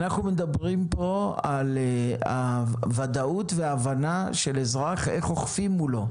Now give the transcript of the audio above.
אנחנו מדברים כאן על הוודאות וההבנה של אזרח איך אוכפים מולו.